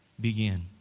begin